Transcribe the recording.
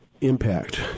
impact